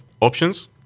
options